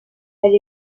elle